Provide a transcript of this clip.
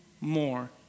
more